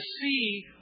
see